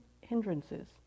hindrances